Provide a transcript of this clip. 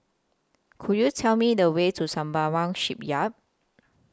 Could YOU Tell Me The Way to Sembawang Shipyard